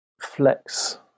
flex